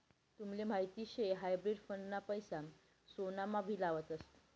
तुमले माहीत शे हायब्रिड फंड ना पैसा सोनामा भी लावतस